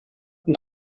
und